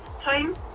time